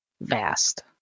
vast